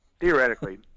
Theoretically